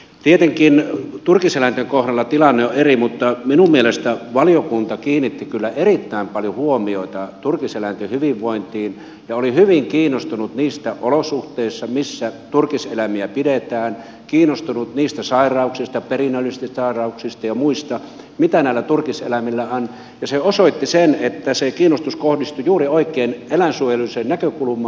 tietenkin turkiseläinten kohdalla tilanne on eri mutta minun mielestäni valiokunta kiinnitti kyllä erittäin paljon huomiota turkiseläinten hyvinvointiin ja oli hyvin kiinnostunut niistä olosuhteista missä turkiseläimiä pidetään kiinnostunut niistä sairauksista perinnöllisistä sairauksista ja muista mitä näillä turkiseläimillä on ja se osoitti sen että se kiinnostus kohdistui juuri oikein eläinsuojelulliseen näkökulmaan